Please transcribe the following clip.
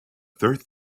third